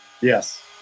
Yes